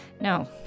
No